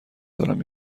دارم